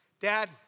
Dad